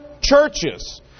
churches